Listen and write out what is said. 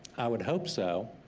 i would hope so,